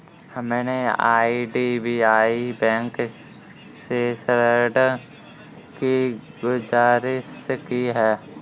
हमने IDBI bank से ऋण की गुजारिश की है